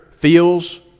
feels